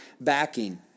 backing